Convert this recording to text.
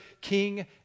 king